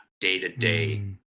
day-to-day